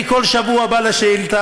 אני כל שבוע בא לשאילתה,